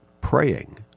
praying